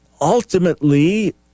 Ultimately